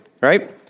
right